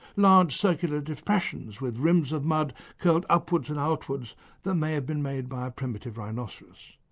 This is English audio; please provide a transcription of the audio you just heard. large circular depressions with rims of mud curled upwards and outwards that may have been made by a primitive rhinoceros.